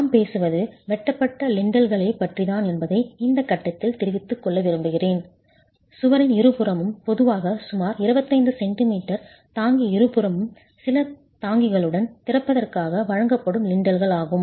நாம் பேசுவது வெட்டப்பட்ட லிண்டல்களைப் பற்றித்தான் என்பதை இந்த கட்டத்தில் தெரிவித்துக் கொள்ள விரும்புகிறேன் சுவரின் இருபுறமும் பொதுவாக சுமார் 25 சென்டிமீட்டர் தாங்கி இருபுறமும் சில தாங்கிகளுடன் திறப்பதற்காக வழங்கப்படும் லிண்டல்கள் ஆகும்